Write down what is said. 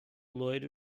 loiro